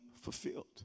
fulfilled